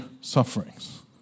sufferings